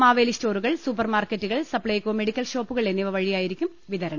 മാവേലി സ്റ്റോറുകൾ സൂപ്പർ മാർക്കറ്റുകൾ സ്പ്ലൈകോ മെഡിക്കൽ ഷോപ്പുകൾ എന്നിവ വഴിയായിരിക്കും വിതരണം